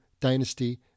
dynasty